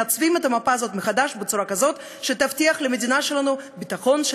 מעצבים את המפה הזאת מחדש בצורה שתבטיח למדינה שלנו ביטחון,